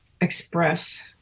express